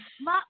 Ma